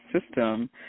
system